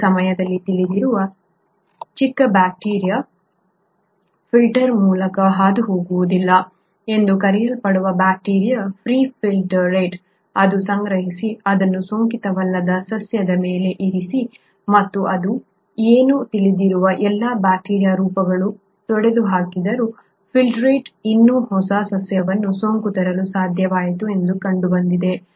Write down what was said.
ಆ ಸಮಯದಲ್ಲಿ ತಿಳಿದಿರುವ ಚಿಕ್ಕ ಬ್ಯಾಕ್ಟೀರಿಯಾಗಳು ಫಿಲ್ಟರ್ ಮೂಲಕ ಹಾದುಹೋಗುವುದಿಲ್ಲ ಎಂದು ಕರೆಯಲ್ಪಡುವ ಬ್ಯಾಕ್ಟೀರಿಯಾ ಫ್ರೀ ಫಿಲ್ಟ್ರೇಟ್ ಅನ್ನು ಸಂಗ್ರಹಿಸಿ ಅದನ್ನು ಸೋಂಕಿತವಲ್ಲದ ಸಸ್ಯದ ಮೇಲೆ ಇರಿಸಿ ಮತ್ತು ಅದು ಏನು ತಿಳಿದಿರುವ ಎಲ್ಲಾ ಬ್ಯಾಕ್ಟೀರಿಯಾದ ರೂಪಗಳನ್ನು ತೊಡೆದುಹಾಕಿದರೂ ಫಿಲ್ಟ್ರೇಟ್ ಇನ್ನೂ ಹೊಸ ಸಸ್ಯವನ್ನು ಸೋಂಕು ತರಲು ಸಾಧ್ಯವಾಯಿತು ಎಂದು ಕಂಡುಬಂದಿದೆ